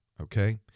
okay